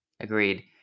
Agreed